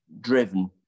driven